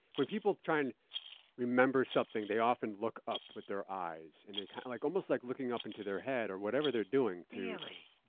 when people are trying to remember something, they often look up. with their eyes. and they kind of, like almost like looking up into their head, or whatever they're doing. really!